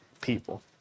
people